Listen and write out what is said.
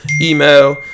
email